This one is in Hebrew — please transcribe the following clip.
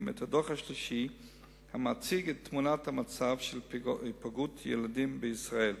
את הדוח השלישי המציג את תמונת המצב של היפגעות ילדים בישראל.